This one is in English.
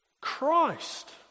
Christ